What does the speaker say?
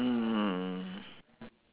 mm